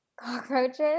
cockroaches